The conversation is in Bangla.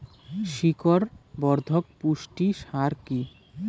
শিকড় বর্ধক পুষ্টি সার কি?